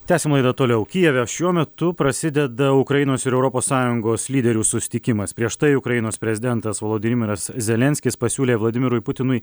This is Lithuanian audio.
tęsiam laidą toliau kijeve šiuo metu prasideda ukrainos ir europos sąjungos lyderių susitikimas prieš tai ukrainos prezidentas volodimiras zelenskis pasiūlė vladimirui putinui